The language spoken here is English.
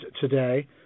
today